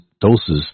doses